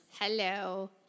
Hello